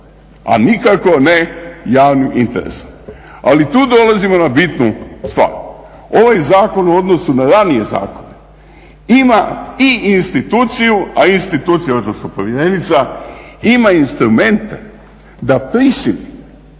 a nikako ne javnog interesa. Ali tu dolazimo na bitnu stvar. Ovaj zakon u odnosu na ranije zakone ima i instituciju, a institucija odnosno povjerenica ima instrumente da prisili